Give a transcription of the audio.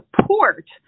support